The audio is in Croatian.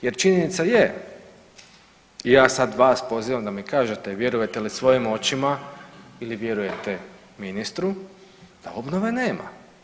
Jer činjenica je i ja sad vas pozivam da mi kažete vjerujete li svojim očima ili vjerujete ministru da obnove nema.